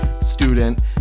Student